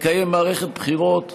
לקיים מערכת בחירות הוגנת,